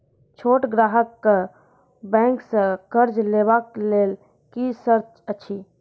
छोट ग्राहक कअ बैंक सऽ कर्ज लेवाक लेल की सर्त अछि?